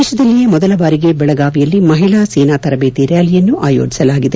ದೇತದಲ್ಲಿಯೇ ಮೊದಲ ಬಾರಿಗೆ ಬೆಳಗಾವಿಯಲ್ಲಿ ಮಹಿಳಾ ಸೇನಾ ತರದೇತಿ ರ್ನಾಲಿಯನ್ನು ಆಯೋಜಿಸಲಾಗಿದೆ